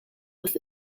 with